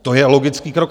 To je logický krok.